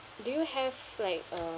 do you have like